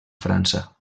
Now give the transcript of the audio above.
frança